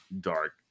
dark